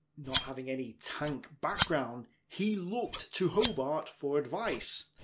not having any tank-background, he looked to hobart for advice.